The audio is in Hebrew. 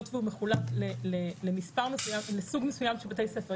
היות והוא מחולק לסוג מסוים של בתי ספר,